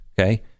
Okay